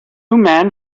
men